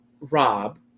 Rob